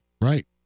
Right